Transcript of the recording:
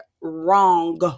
wrong